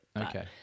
Okay